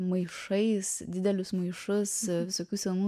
maišais didelius maišus visokių senų